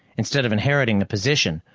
instead of inheriting the position,